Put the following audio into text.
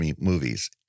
movies